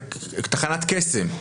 תחנת קסם,